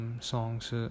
songs